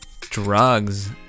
drugs